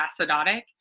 acidotic